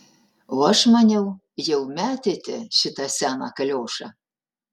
o aš maniau jau metėte šitą seną kaliošą